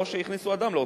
או שהכניסו אדם להוצאה,